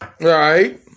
Right